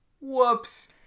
Whoops